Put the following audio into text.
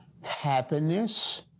happiness